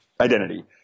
Identity